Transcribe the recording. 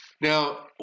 Now